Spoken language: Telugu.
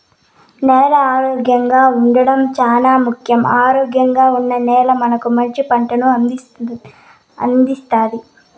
నేల ఆరోగ్యంగా ఉండడం చానా ముఖ్యం, ఆరోగ్యంగా ఉన్న నేల మనకు మంచి పంటలను అందిస్తాది